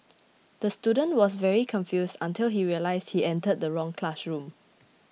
the student was very confused until he realised he entered the wrong classroom